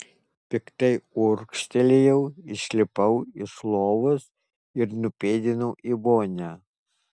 piktai urgztelėjau išlipau iš lovos ir nupėdinau į vonią